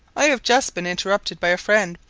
i have just been interrupted by a friend,